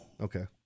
Okay